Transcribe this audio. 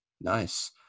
Nice